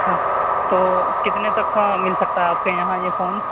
اچھا تو کتنے تک کا مل سکتا ہے آپ کے یہاں یہ فون